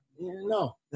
no